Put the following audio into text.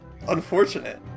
Unfortunate